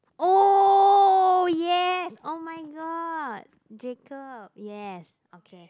oh yes oh-my-god Jacob yes